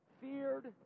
feared